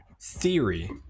theory